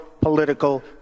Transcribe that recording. political